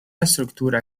estructura